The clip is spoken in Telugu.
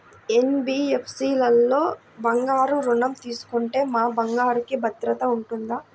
ఎన్.బీ.ఎఫ్.సి లలో బంగారు ఋణం తీసుకుంటే మా బంగారంకి భద్రత ఉంటుందా?